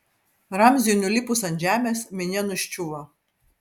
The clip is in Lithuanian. ramziui nulipus ant žemės minia nuščiuvo